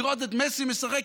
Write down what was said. לראות את מסי משחק,